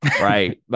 right